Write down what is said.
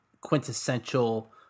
quintessential